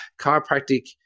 chiropractic